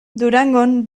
durangon